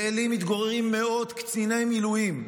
בעלי מתגוררים מאות קציני מילואים.